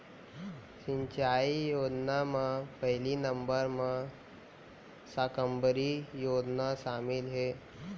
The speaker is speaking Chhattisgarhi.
सिंचई योजना म पहिली नंबर म साकम्बरी योजना सामिल हे